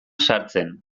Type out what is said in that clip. sartzen